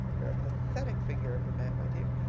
you're a pathetic figure of a man, my dear,